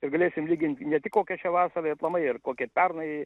ir galėsim lygint ne tik kokią šią vasarą ir aplamai į kokį pernai